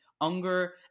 Unger